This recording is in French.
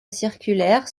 circulaire